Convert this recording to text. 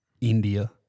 India